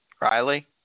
Riley